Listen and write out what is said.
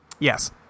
Yes